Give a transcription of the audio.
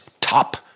Top